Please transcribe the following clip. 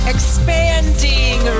Expanding